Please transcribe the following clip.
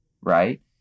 right